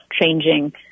changing